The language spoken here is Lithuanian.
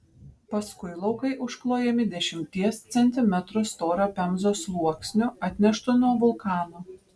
paskui laukai užklojami dešimties centimetrų storio pemzos sluoksniu atneštu nuo vulkano